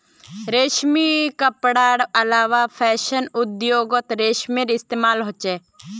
रेशमी कपडार अलावा फैशन उद्द्योगोत रेशमेर इस्तेमाल होचे